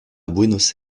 buenos